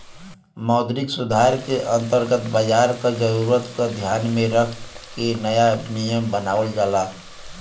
मौद्रिक सुधार के अंतर्गत बाजार क जरूरत क ध्यान में रख के नया नियम बनावल जाला